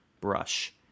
brush